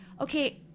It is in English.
okay